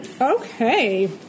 Okay